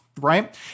right